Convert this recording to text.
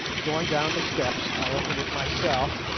going down the steps i opened it myself,